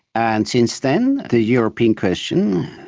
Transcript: and since then, the european question,